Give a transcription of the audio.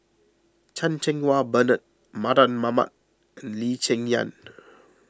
Chan Cheng Wah Bernard Mardan Mamat and Lee Cheng Yan